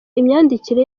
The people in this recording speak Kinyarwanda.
imyandikire